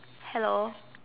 hello